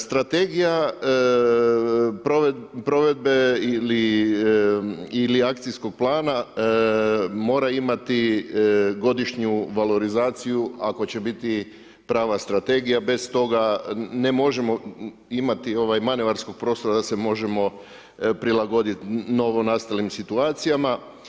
Strategija provedbe ili akcijskog plana mora imati godišnju valorizaciju ako će biti prava strategija, bez toga ne možemo imati manevarskog prostora da se možemo prilagoditi novonastalim situacijama.